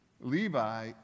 Levi